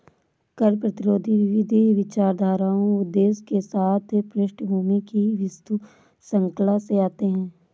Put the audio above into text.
कर प्रतिरोधी विविध विचारधाराओं उद्देश्यों के साथ पृष्ठभूमि की विस्तृत श्रृंखला से आते है